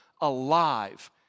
alive